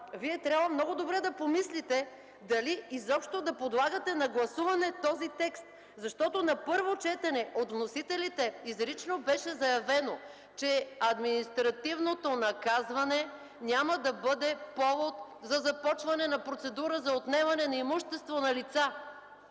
Вие трябва много добре да помислите дали изобщо да подлагате на гласуване този текст, защото на първо четене изрично беше заявено от вносителите, че административното наказване няма да бъде повод за започване на процедура за отнемане на имущество на лица.